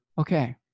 Okay